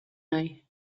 nahi